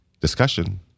discussion